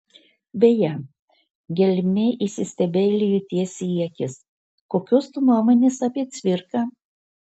beje gelmė įsistebeilijo tiesiai į akis kokios tu nuomonės apie cvirką